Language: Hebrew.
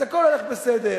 אז הכול הולך בסדר.